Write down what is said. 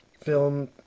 film